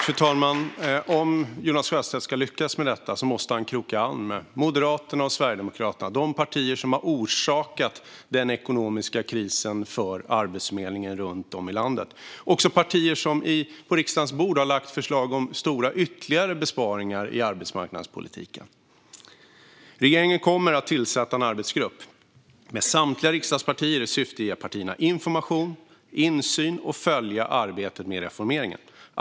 Fru talman! Om Jonas Sjöstedt ska lyckas med detta måste han kroka arm med Moderaterna och Sverigedemokraterna, de partier som har orsakat den ekonomiska krisen för Arbetsförmedlingen runt om i landet. Det är också dessa partier som på riksdagens bord har lagt förslag om stora ytterligare besparingar i arbetsmarknadspolitiken. Regeringen kommer att tillsätta en arbetsgrupp med samtliga riksdagspartier i syfte att ge partierna information och insyn samt möjlighet att följa arbetet med reformeringen.